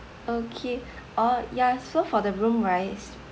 okay oh yeah so for the room right